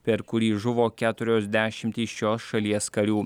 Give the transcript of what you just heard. per kurį žuvo keturios dešimtys šios šalies karių